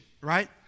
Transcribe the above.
right